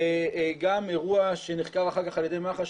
וגם אירוע שנחקר אחר כך על ידי מח"ש